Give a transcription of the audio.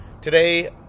Today